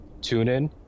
TuneIn